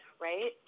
right